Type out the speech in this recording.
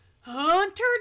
Hunter